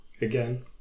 again